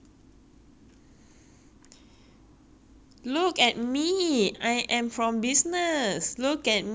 look at me I am from business look at me you all love business kids right